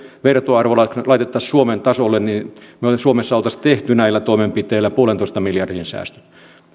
vertoarvo laitettaisiin suomen tasolle niin suomessa me olisimme tehneet näillä toimenpiteillä puolentoista miljardin säästöt